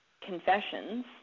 confessions